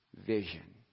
vision